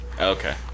okay